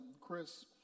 Chris